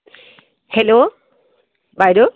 hello বাইদেউ